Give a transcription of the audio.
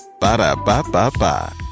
Ba-da-ba-ba-ba